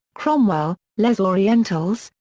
cromwell ah les orientales,